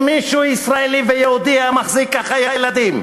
אם מישהו ישראלי ויהודי היה מחזיק ככה ילדים,